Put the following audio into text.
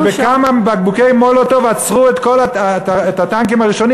שבכמה בקבוקי מולוטוב עצרו את הטנקים הראשונים,